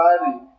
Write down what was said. body